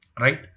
right